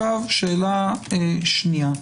שאלה שנייה,